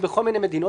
יש בכל מיני מדינות.